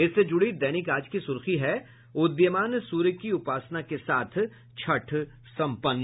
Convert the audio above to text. इससे जुड़ी दैनिक आज की सुर्खी है उदीयमान सूर्य की उपासना के साथ छठ संपन्न